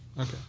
Okay